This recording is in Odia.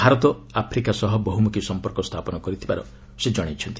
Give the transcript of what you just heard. ଭାରତ ଆଫ୍ରିକା ସହ ବହୁମ୍ଖୀ ସମ୍ପର୍କ ସ୍ଥାପନ କରିଥିବାର ସେ ଜଣାଇଛନ୍ତି